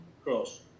Cross